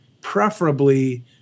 preferably